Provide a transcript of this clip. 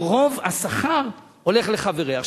שרוב השכר הולך לחבריה.